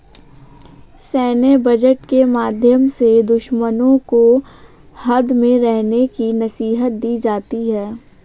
सैन्य बजट के माध्यम से दुश्मनों को हद में रहने की नसीहत दी जाती है